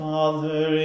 Father